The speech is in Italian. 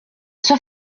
sua